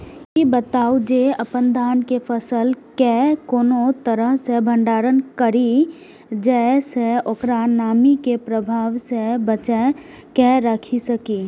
ई बताऊ जे अपन धान के फसल केय कोन तरह सं भंडारण करि जेय सं ओकरा नमी के प्रभाव सं बचा कय राखि सकी?